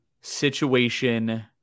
situation